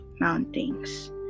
mountains